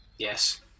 Yes